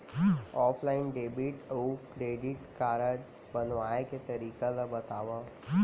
Offline debit अऊ credit card बनवाए के तरीका ल बतावव?